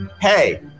Hey